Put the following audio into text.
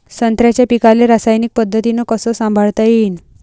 संत्र्याच्या पीकाले रासायनिक पद्धतीनं कस संभाळता येईन?